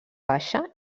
baixa